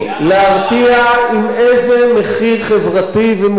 להרתיע באיזה מחיר חברתי ומוסרי,